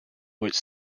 which